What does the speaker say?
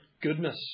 goodness